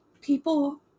People